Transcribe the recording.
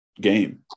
game